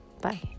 Bye